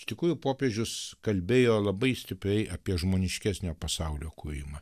iš tikrųjų popiežius kalbėjo labai stipriai apie žmoniškesnio pasaulio kūrimą